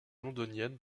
londonienne